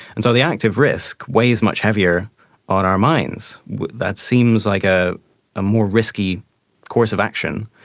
and so the active risk weighs much heavier on our minds, that seems like a ah more risky course of action.